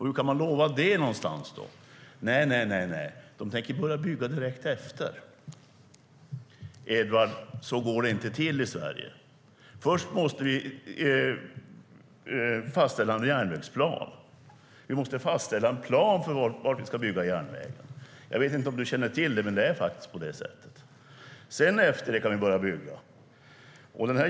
Hur kan de lova det? Nej, nej - de tänker börja bygga direkt efter valet! Edward! Så går det inte till i Sverige. Först måste vi fastställa en järnvägsplan. Vi måste fastställa en plan för var vi ska bygga järnväg. Jag vet inte om du känner till det, men det är faktiskt på det sättet. Efter det kan vi börja bygga.